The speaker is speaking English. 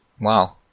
wow